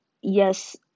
yes